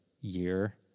year